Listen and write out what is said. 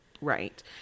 Right